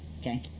Okay